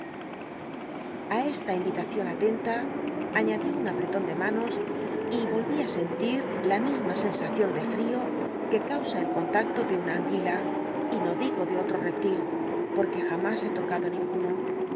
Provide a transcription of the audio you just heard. a esta invilacion atenta aiíadió un a l'elon ele manos y ohi i sentir la misma sensacion de frio jue causa el con tacto de una anguila y no digo de i ue jamás he tocado ninguno